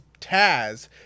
taz